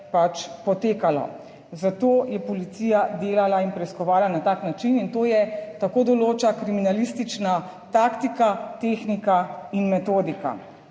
potekalo. Zato je policija delala in preiskovala na tak način in to je, tako določa kriminalistična taktika, tehnika in metodika